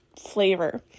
flavor